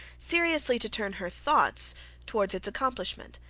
seriously to turn her thoughts towards its accomplishment,